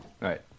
right